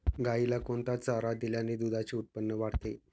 गाईला कोणता चारा दिल्याने दुधाचे उत्पन्न वाढते?